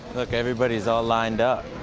look, everybody's all lined up.